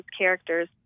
characters